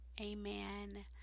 Amen